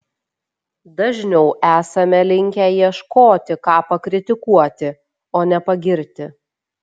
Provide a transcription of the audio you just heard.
dažniau esame linkę ieškoti ką pakritikuoti o ne pagirti